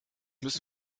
müssen